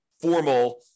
formal